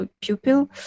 pupil